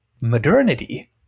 modernity